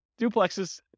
duplexes